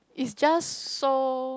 is just so